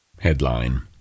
Headline